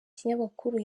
kinyamakuru